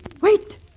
wait